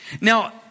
Now